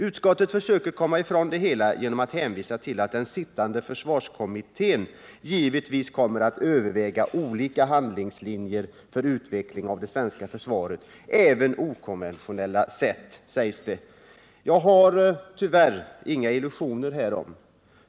Utskottet försöker komma ifrån saken genom att hänvisa till att den sittande försvarskommittén givetvis kommer att överväga olika handlingslinjer för utvecklingen av det svenska försvaret och även kan överväga okonventionella sätt att lösa försvarets uppgifter. Jag har tyvärr inga illusioner härom.